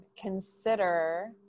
consider